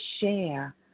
share